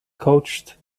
coached